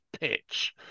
pitch